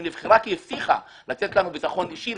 היא נבחרה כי היא הבטיחה לתת לנו ביטחון אישי,